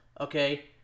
okay